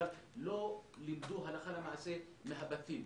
אבל לא לימדו הלכה למעשה מהבתים.